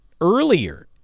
earlier